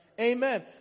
Amen